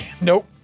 Nope